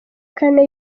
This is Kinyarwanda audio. kane